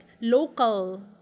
local